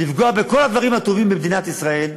לפגוע בכל הדברים הטובים במדינת ישראל,